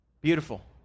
Beautiful